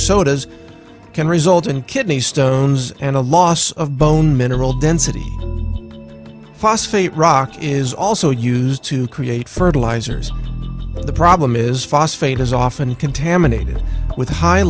sodas can result in kidney stones and a loss of bone mineral density phosphate rock is also used to create fertilizers but the problem is phosphate is often contaminated with high